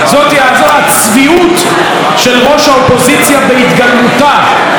זו הצביעות של ראש האופוזיציה בהתגלמותה.